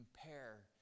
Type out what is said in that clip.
compare